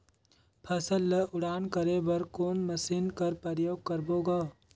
फसल ल उड़ान करे बर कोन मशीन कर प्रयोग करबो ग?